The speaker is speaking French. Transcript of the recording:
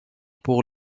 pour